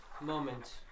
moment